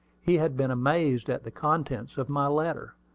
he had been amazed at the contents of my letter.